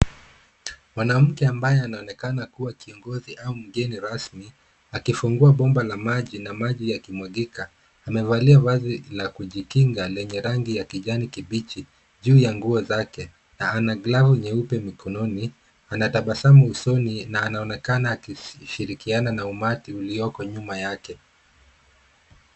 Mwanamke ambaye anaonekana kuwa kiongozi au mgeni rasmi, akifungua bomba la maji na maji yakimwagika. Amevalia vazi la kujikinga lenye rangi ya kijani kibichi juu ya nguo zake na ana glavu nyeupe mikononi. Ana tabasamu usoni na anaonekana akishirikiana na umati ulioko nyuma yake.